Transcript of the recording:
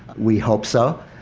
we hope so.